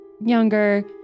younger